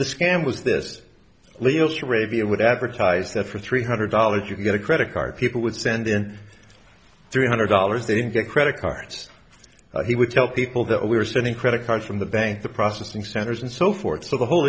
the scam was this leo sarabia would advertise that for three hundred dollars you can get a credit card people would send in three hundred dollars they didn't get credit cards he would tell people that we were sending credit cards from the bank the processing centers and so forth so the whole